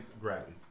gravity